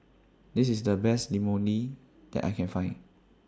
This IS The Best Imoni that I Can Find